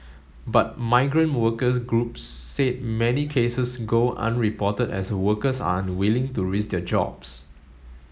but migrant worker groups said many cases go unreported as workers are unwilling to risk their jobs